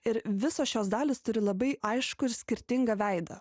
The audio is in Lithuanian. ir visos šios dalys turi labai aiškų ir skirtingą veidą